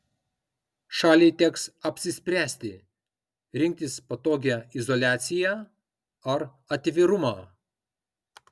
šaliai teks apsispręsti rinktis patogią izoliaciją ar atvirumą